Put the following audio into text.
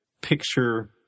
picture